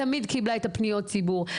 תמיד קיבלה את פניות הציבור,